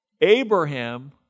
Abraham